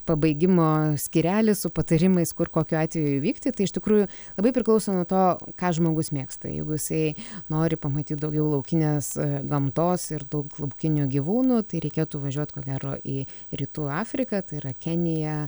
pabaigimo skyrelis su patarimais kur kokiu atveju įvykti tai iš tikrųjų labai priklauso nuo to ką žmogus mėgsta jeigu jisai nori pamatyt daugiau laukinės gamtos ir daug laukinių gyvūnų tai reikėtų važiuot ko gero į rytų afriką tai yra kenija